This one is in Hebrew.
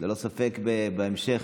ללא ספק בהמשך